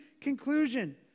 conclusion